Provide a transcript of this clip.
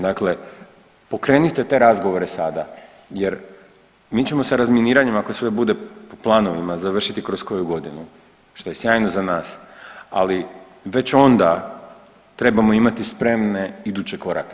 Dakle, pokrenite te razgovore sada jer mi ćemo sa razminiranjem ako sve bude po planovima završiti kroz koju godinu, što je sjajno za nas, ali već onda trebamo imati spremne iduće korake.